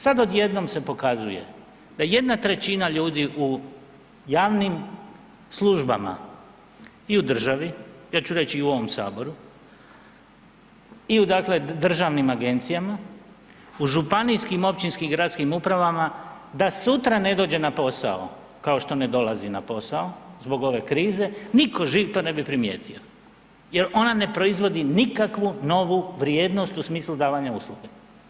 Sad odjednom se pokazuje da jedna trećina ljudi u javnim službama i u državi, ja ću reći i u ovom Saboru i u državnim agendcijama, u županijskim, općinskim gradskim upravama da sutra ne dođe na posao, kao što ne dolazi na posao zbog ove krize, niko živ to ne bi primijetio jer ona ne proizvodi nikakvu novu vrijednost u smislu davanja usluge.